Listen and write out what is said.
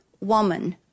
woman